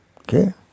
Okay